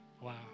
wow